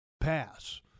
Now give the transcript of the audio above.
pass